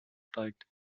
steigt